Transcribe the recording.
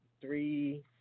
three